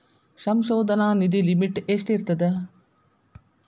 ಸಂಶೋಧನಾ ನಿಧಿ ಲಿಮಿಟ್ ಎಷ್ಟಿರ್ಥದ